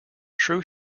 true